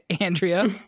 Andrea